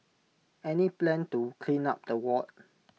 any plan to clean up the ward